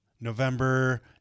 November